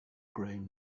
grain